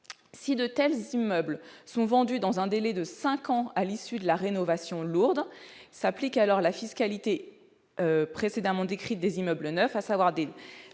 titre du CGI. S'ils sont vendus dans un délai de cinq ans à l'issue de la rénovation lourde s'applique alors la fiscalité précédemment décrite des immeubles neufs, à savoir